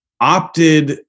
opted